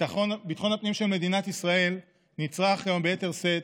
ביטחון הפנים של מדינת ישראל נצרך כיום, ביתר שאת,